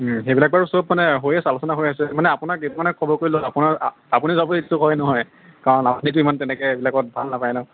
সেইবিলাক বাৰু সব মানে হৈ আছে আলোচনা হৈ আছে মানে আপোনাক এইটো কাৰণে খবৰ কৰিলোঁ আপোনাৰ আপুনি যাবলৈ ইচ্ছুক হয় নহয় কাৰণ আপুনিটো ইমান তেনেকৈ এইবিলাকত ভাল নাপায় ন'